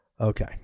Okay